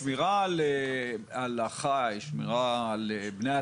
שמירה על החי, שמירה על בני אדם.